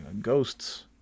ghosts